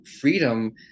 freedom